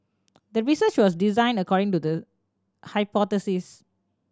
the research was designed according to the hypothesis